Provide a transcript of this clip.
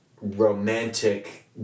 romantic